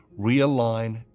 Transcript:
realign